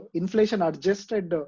inflation-adjusted